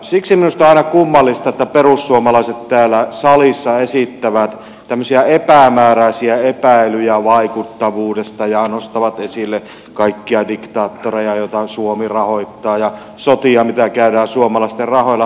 siksi minusta on aina kummallista että perussuomalaiset täällä salissa esittävät tämmöisiä epämääräisiä epäilyjä vaikuttavuudesta ja nostavat esille kaikkia diktaattoreja joita suomi rahoittaa ja sotia mitä käydään suomalaisten rahoilla